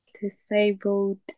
disabled